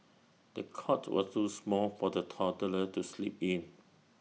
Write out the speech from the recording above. the cot was too small for the toddler to sleep in